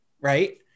Right